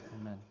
amen